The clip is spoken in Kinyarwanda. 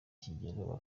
kigero